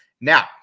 Now